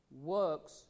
Works